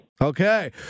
Okay